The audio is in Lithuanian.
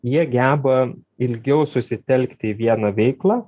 jie geba ilgiau susitelkti į vieną veiklą